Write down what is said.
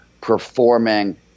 performing